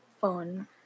phone